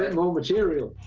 and more material.